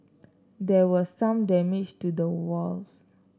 there was some damage to the valve